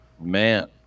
Man